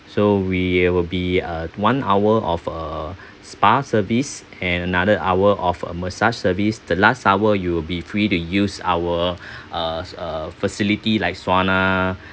so we will be a one hour of a spa service and another hour of a massage service the last hour you will be free to use our uh uh facility like sauna uh